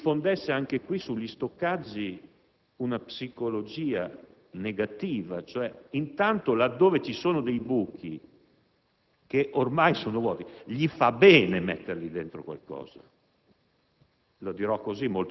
non vorrei che si diffondesse anche sugli stoccaggi una psicologia negativa. Laddove ci sono dei buchi, che ormai sono vuoti, fa bene metterci dentro qualcosa